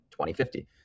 2050